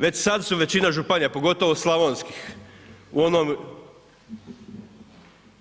Već sad su većina županija, pogotovo slavonskih, u onom